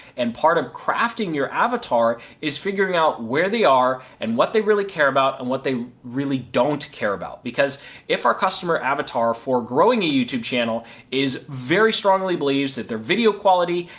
and part of crafting your avatar is figuring out where they are, and what they really care about, and what they really don't care about. because if our customer avatar for growing a youtube channel is very strongly believes that the video quality,